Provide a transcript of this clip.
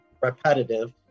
repetitive